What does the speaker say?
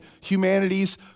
humanity's